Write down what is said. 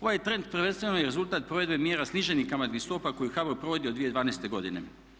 Ovaj trend prvenstveno je rezultat provedbe mjera sniženih kamatnih stopa koje HBOR provodi od 2012. godine.